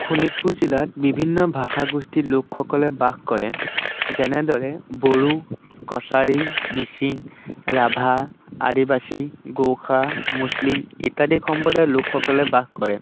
শোণিতপুৰ জিলাত বিভিন্ন ভাষা গোষ্ঠীৰ লোকসকলে বাস কৰে যেনেদৰে বড়ো কছাৰী মিচিং ৰাভা আদিবাসী গোৰ্খা মুছলিম ইত্যাদি সম্প্ৰদায়ৰ লোকসকলে বাস কৰে